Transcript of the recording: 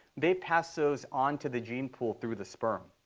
they pass those on to the gene pool through the sperm.